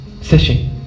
session